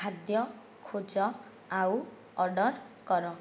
ଖାଦ୍ୟ ଖୋଜ ଆଉ ଅର୍ଡ଼ର୍ କର